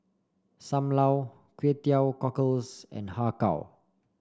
Sam Lau Kway Teow Cockles and Har Kow